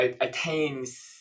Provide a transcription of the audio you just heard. attains